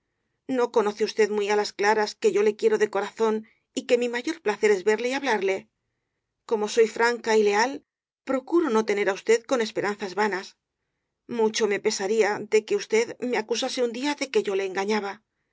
no conoce usted muy á las claras que yo le quiero de corazón y que mi ma yor placer es verle y hablarle como soy franca y leal procuro no retener á usted con esperanzas va nas mucho me pesaría de que usted me acusase un día de que yo le engañaba